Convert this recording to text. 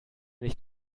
nicht